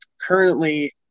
currently